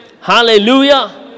Hallelujah